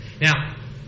Now